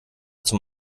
zum